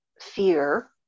fear